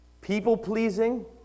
people-pleasing